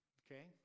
okay